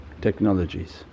technologies